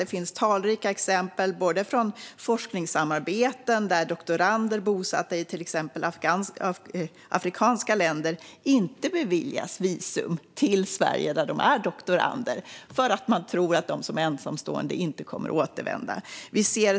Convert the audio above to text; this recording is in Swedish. Det finns ett flertal exempel från forskningssamarbeten, där doktorander bosatta i till exempel afrikanska länder inte beviljas visum till Sverige, där de är doktorander, därför att man tror att de som är ensamstående inte kommer att återvända.